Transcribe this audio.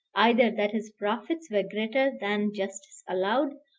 either that his profits were greater than justice allowed,